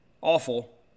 awful